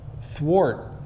thwart